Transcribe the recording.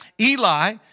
Eli